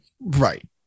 Right